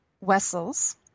Wessels